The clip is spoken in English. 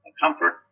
comfort